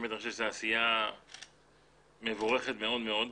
אני חושב שזו עשייה מבורכת מאוד מאוד.